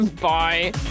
bye